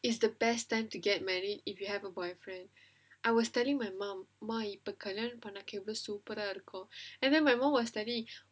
is the best time to get married if you have a boyfriend I was telling my mom இப்ப கல்யாணம் பண்ணாக்கா எவ்ளோ:ippa kalyanam pannakka evlo super ah இருக்கும்:irukkum and then my mom was started